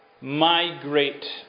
migrate